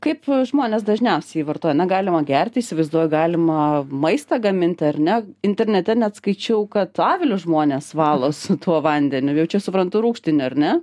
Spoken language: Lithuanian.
kaip žmonės dažniausiai vartoja na galima gerti įsivaizduoju galima maistą gaminti ar ne internete net skaičiau kad avilius žmonės valo su tuo vandeniu jau čia suprantu rūgštiniu ar ne